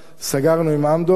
סגרנו עם "אמדוקס",